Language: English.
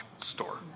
store